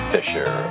Fisher